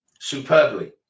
Superbly